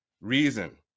reason